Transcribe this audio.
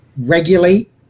Regulate